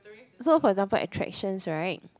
so for example attractions [right]